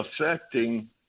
affecting